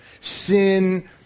Sin